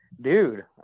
Dude